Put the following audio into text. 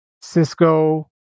Cisco